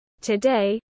Today